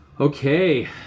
okay